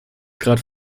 gerade